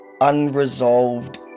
unresolved